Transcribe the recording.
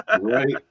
Right